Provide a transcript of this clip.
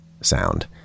sound